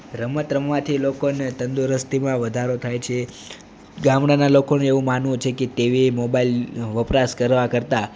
રમત રમવાથી લોકોને તંદુરસ્તીમાં વધારો થાય છે ગામડાના લોકોને એવું માનવું છે કે ટીવી મોબાઈલ વપરાશ કરવા કરતાં